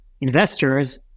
investors